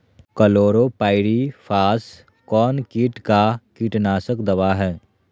Chlorpyrifos कौन किट का कीटनाशक दवा है?